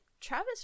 Travis